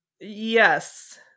yes